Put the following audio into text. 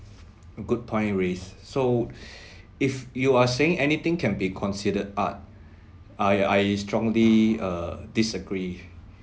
good point you raised so if you are saying anything can be considered art I I strongly err disagree